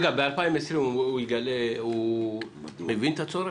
ב-2020 הוא מבין את הצורך?